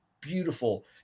beautiful